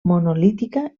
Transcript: monolítica